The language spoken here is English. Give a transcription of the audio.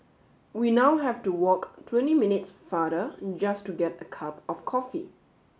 we now have to walk twenty minutes farther just to get a cup of coffee